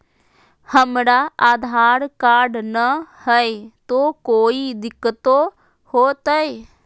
हमरा आधार कार्ड न हय, तो कोइ दिकतो हो तय?